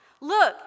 Look